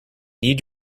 need